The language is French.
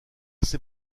ses